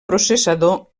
processador